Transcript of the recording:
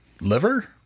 liver